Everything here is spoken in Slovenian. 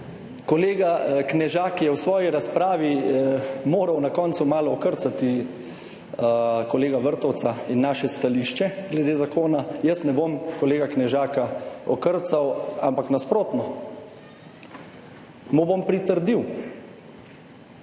kolega Knežak je v svoji razpravi moral na koncu malo okrcati kolega Vrtovca in naše stališče glede zakona. Jaz kolega Knežaka ne bom okrcal, ampak nasprotno, mu bom pritrdil.